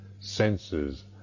senses